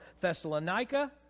Thessalonica